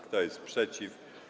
Kto jest przeciw?